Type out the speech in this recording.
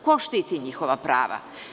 Ko štiti njihova prava?